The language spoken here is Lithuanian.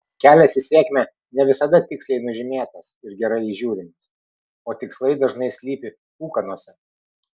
kelias į sėkmę ne visada tiksliai nužymėtas ir gerai įžiūrimas o tikslai dažnai slypi ūkanose